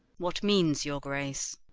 what means your grace?